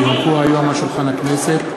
כי הונחו היום על שולחן הכנסת,